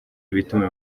ibituma